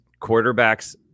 quarterbacks